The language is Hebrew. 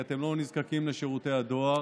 כי אתם לא נזקקים לשירותי הדואר,